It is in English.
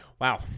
Wow